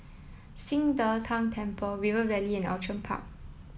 Qing De Tang Temple River Valley and Outram Park